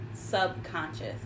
subconscious